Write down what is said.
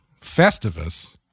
Festivus